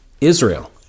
Israel